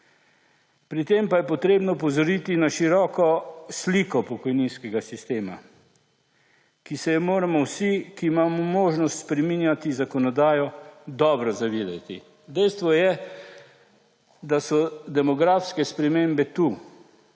Pri tem pa je potrebno opozoriti na široko sliko pokojninskega sistema, ki se je moramo vsi, ki imamo možnost spreminjati zakonodajo, dobro zavedati. Dejstvo je, da so demografske spremembe tu,